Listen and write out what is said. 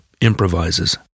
improvises